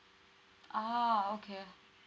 ah okay